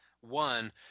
one